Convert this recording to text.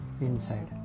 inside